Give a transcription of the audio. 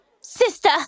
Sister